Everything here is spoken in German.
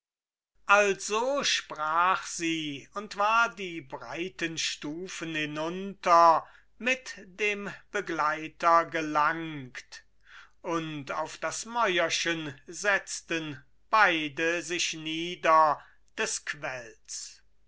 also sprach sie und war die breiten stufen hinunter mit dem begleiter gelangt und auf das mäuerchen setzten beide sich nieder des quells